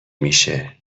میشه